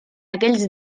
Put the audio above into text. aquells